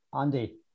Andy